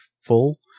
full